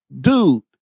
dude